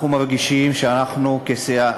אנחנו מרגישים שאנחנו כסיעה,